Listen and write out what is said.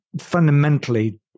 fundamentally